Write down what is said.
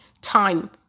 time